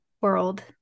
world